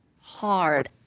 hard